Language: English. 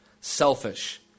selfish